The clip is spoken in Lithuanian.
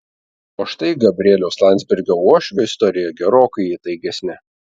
o štai gabrieliaus landsbergio uošvio istorija gerokai įtaigesnė